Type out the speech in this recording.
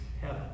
heaven